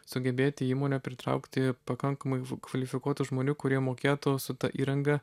sugebėti į įmonę pritraukti pakankamai kvalifikuotų žmonių kurie mokėtų su ta įranga